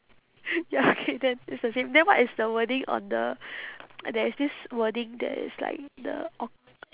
ya okay then it's the same then what is the wording on the there is this wording that is like the orc~